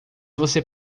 você